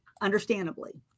understandably